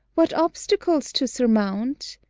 what obstacles to surmount?